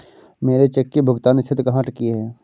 मेरे चेक की भुगतान स्थिति कहाँ अटकी है?